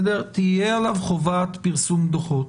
תהיה עליו חובת פרסום דוחות,